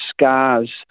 scars